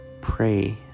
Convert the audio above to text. pray